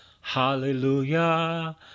Hallelujah